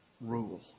rule